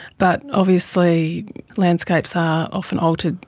but obviously landscapes are often altered,